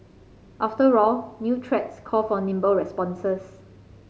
after all new threats call for nimble responses